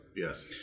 Yes